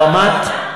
חבר הכנסת לוי, עבודה?